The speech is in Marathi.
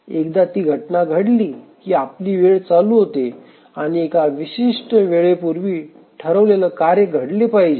एकदा ती घटना घडली की आपली वेळ चालू होते आणि एका विशिष्ट वेळेपूर्वी ठरलेले कार्य घडले पाहिजे